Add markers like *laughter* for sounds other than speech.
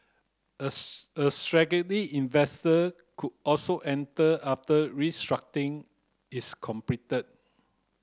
a *unintelligible* a *unintelligible* investor could also enter after restructuring is completed